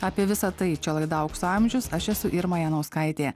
apie visa tai čia laida aukso amžius aš esu irma janauskaitė